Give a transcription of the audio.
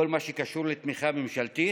בכל מה שקשור לתמיכה ממשלתית,